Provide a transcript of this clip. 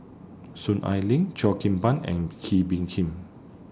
Soon Ai Ling Cheo Kim Ban and Kee Bee Khim